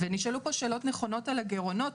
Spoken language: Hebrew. נשאלו פה שאלות נכונות על הגירעונות,